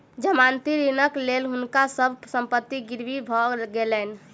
जमानती ऋणक लेल हुनका सभ संपत्ति गिरवी भ गेलैन